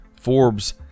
Forbes